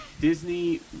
disney